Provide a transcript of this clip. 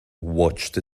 watched